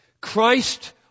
Christ